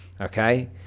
Okay